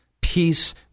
Peace